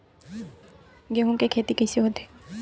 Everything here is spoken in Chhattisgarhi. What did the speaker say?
गेहूं के खेती कइसे होथे?